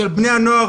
של בני הנוער